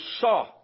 saw